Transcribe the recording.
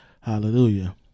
Hallelujah